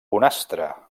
bonastre